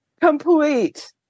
complete